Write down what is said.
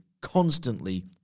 constantly